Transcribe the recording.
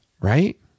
Right